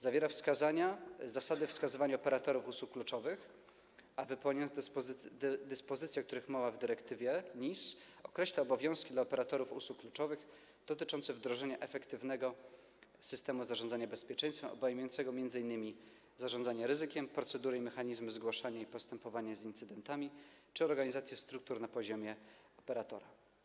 Zawiera wskazania, zasady wskazywania operatorów usług kluczowych, a wypełniając dyspozycje, o których mowa w dyrektywie NIS, określa obowiązki operatorów usług kluczowych dotyczące wdrożenia efektywnego systemu zarządzania bezpieczeństwem obejmującego m.in. zarządzanie ryzykiem, procedury, mechanizmy zgłaszania, postępowania z incydentami czy organizację struktur na poziomie operatora.